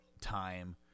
time